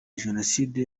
jenoside